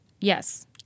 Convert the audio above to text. Yes